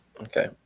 Okay